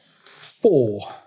four